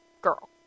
girl